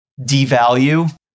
devalue